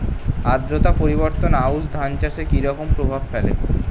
আদ্রতা পরিবর্তন আউশ ধান চাষে কি রকম প্রভাব ফেলে?